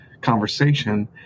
conversation